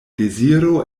deziro